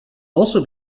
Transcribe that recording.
also